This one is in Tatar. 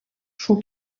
шул